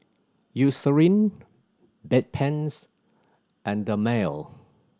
Eucerin Bedpans and Dermale